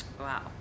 wow